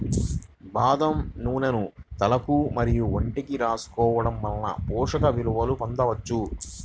బాదం నూనెను తలకు మరియు ఒంటికి రాసుకోవడం వలన పోషక విలువలను పొందవచ్చు